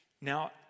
Now